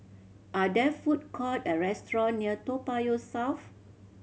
are there food court or restaurants near Toa Payoh South